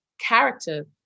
character